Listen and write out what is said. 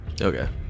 Okay